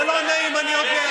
זה לא נעים, אני יודע.